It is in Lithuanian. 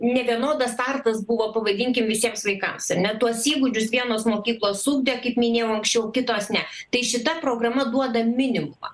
nevienodas startas buvo pavadinkim visiems vaikams ar ne tuos įgūdžius vienos mokyklos ugdė kaip minėjau anksčiau kitos ne tai šita programa duoda minimumą